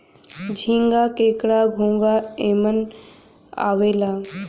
झींगा, केकड़ा, घोंगा एमन आवेला